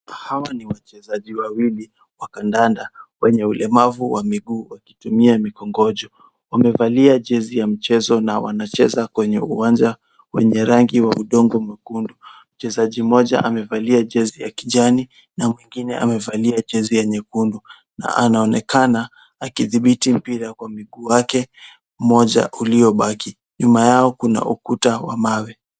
Hawa ni wachezaji wawili wa kadanda wenye ulemavu wa miguu wakitumia mikongojo. Wamevalia jezi ya mchezo na wanacheza kwenye uwanja wenye rangi ya udongo mwekundu. Mchezaji mmoja amevalia jezi ya kijani na mwingine amevalia jezi ya nyekundu na anaonekana akidhibiti mpira kwa mguu wake mmoja uliobaki. Nyuma yao kuna ukuta wa mawe.